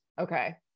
okay